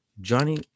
Johnny